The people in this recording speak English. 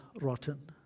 rotten